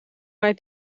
mij